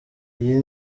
iyi